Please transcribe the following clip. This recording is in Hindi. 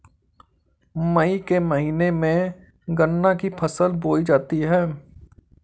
मई के महीने में गन्ना की फसल बोई जाती है